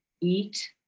eat